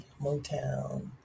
Motown